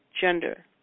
gender